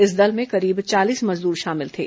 इस दल में करीब चालीस मजदूर शामिल थे